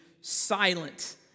silent